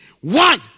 one